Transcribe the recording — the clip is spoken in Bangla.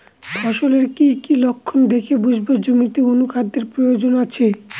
ফসলের কি কি লক্ষণ দেখে বুঝব জমিতে অনুখাদ্যের প্রয়োজন আছে?